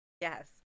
Yes